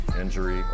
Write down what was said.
injury